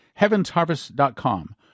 HeavensHarvest.com